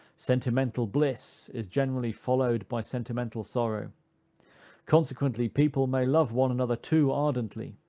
sentimental bliss is generally followed by sentimental sorrow consequently, people may love one another too ardently,